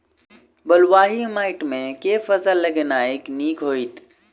बलुआही माटि मे केँ फसल लगेनाइ नीक होइत?